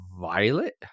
Violet